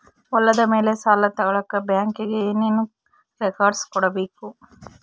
ಹೊಲದ ಮೇಲೆ ಸಾಲ ತಗಳಕ ಬ್ಯಾಂಕಿಗೆ ಏನು ಏನು ರೆಕಾರ್ಡ್ಸ್ ಕೊಡಬೇಕು?